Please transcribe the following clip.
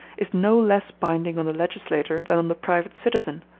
is no less binding on the legislator than on the private citizen,